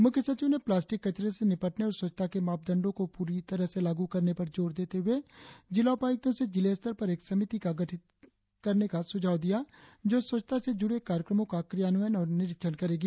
मुख्य सचिव ने प्लास्टिक कचरे से निपटने और स्वच्छता के मापदंडों को पूरी तरह से लागू करने पर जोर देते हुए जिला उपायुक्तो से जिले स्तर पर एक समिति का गठन करने का सुझाव दिया जो स्वच्छता से जुड़े कार्यक्रमों का क्रियान्वयन और निरीक्षण करेगी